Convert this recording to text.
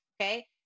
okay